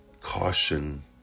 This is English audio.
caution